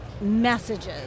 messages